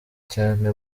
cyane